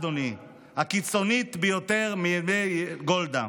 אדוני: הקיצונית ביותר מימי גולדה.